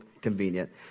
convenient